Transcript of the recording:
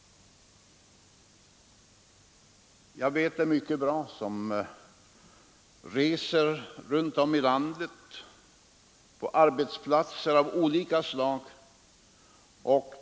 Jag vet det mycket bra, eftersom jag reser runt om i landet och träffar människor på arbetsplatser av olika slag.